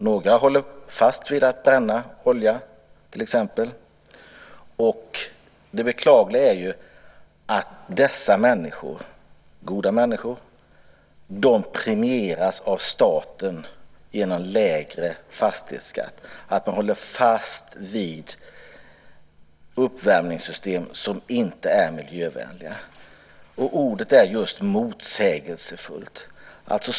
Några håller fast vid att bränna olja, och det beklagliga är att dessa människor premieras av staten genom lägre fastighetsskatt. De håller fast vid uppvärmningssystem som inte är miljövänliga. Ordet är just motsägelsefullt.